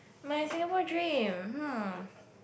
my Singapore dream hmm